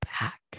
back